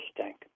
Tank